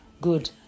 good